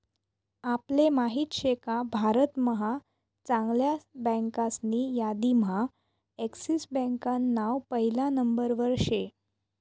आपले माहित शेका भारत महा चांगल्या बँकासनी यादीम्हा एक्सिस बँकान नाव पहिला नंबरवर शे